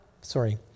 sorry